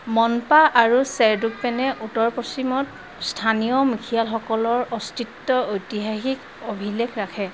মনপা আৰু শ্বেৰডুকপেনে উত্তৰ পশ্চিমত স্থানীয় মুখীয়ালসকলৰ অস্তিত্বৰ ঐতিহাসিক অভিলেখ ৰাখে